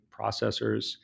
Processors